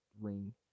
ring